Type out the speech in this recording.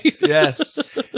yes